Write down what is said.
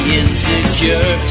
insecure